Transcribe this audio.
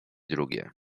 drugie